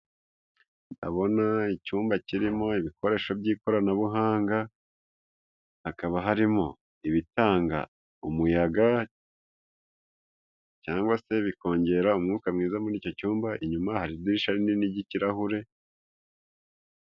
Ndabona icyumba kirimo ibikoresho by'ikoranabuhanga hakaba harimo ibitanga umuyaga cyangwa se bikongera umwuka mwiza muri icyo cyumba inyuma hari idirishya rinini ry'ikirahure.